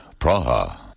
Praha